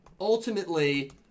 ultimately